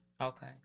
Okay